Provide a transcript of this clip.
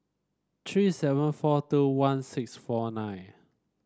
three seven four two one six four nine